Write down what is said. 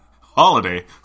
holiday